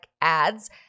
ads